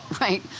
right